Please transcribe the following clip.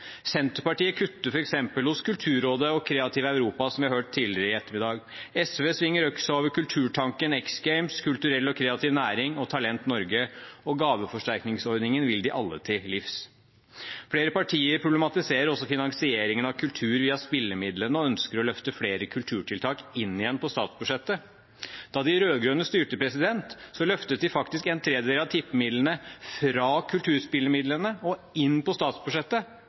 Senterpartiet kutter f.eks. hos Kulturrådet og i Kreativt Europa, som vi har hørt tidligere i ettermiddag. SV svinger øksa over Kulturtanken, X Games, kulturell og kreativ næring og Talent Norge. Og gaveforsterkningsordningen vil de alle til livs. Flere partier problematiserer også finansieringen av kultur via spillemidlene og ønsker å løfte flere kulturtiltak inn igjen på statsbudsjettet. Da de rød-grønne styrte, løftet de faktisk en tredjedel av tippemidlene fra kulturspillemidlene og inn på statsbudsjettet